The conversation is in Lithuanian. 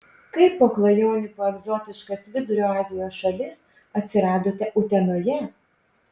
kaip po klajonių po egzotiškas vidurio azijos šalis atsiradote utenoje